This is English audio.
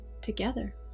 together